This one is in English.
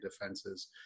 defenses